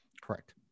Correct